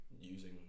using